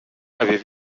avait